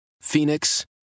Phoenix